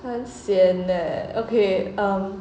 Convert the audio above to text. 很 sian leh okay um